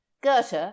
goethe